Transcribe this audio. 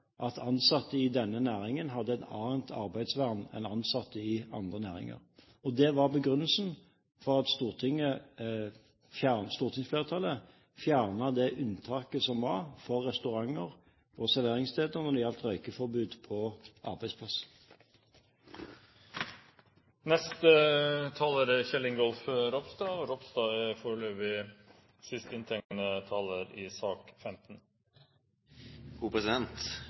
at ansatte i denne næringen hadde et annet arbeidsvern enn ansatte i andre næringer. Det var begrunnelsen for at stortingsflertallet fjernet det unntaket som var for restauranter og serveringssteder når det gjaldt røykeforbud på arbeidsplassen. Det er ikke meningen å dra ut debatten, men etter replikkvekslingen med helseministeren ønsker jeg å ta et innlegg. Bakgrunnen er